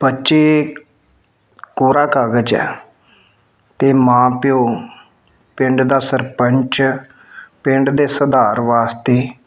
ਬੱਚੇ ਕੋਰਾ ਕਾਗਜ਼ ਹੈ ਅਤੇ ਮਾਂ ਪਿਓ ਪਿੰਡ ਦਾ ਸਰਪੰਚ ਪਿੰਡ ਦੇ ਸੁਧਾਰ ਵਾਸਤੇ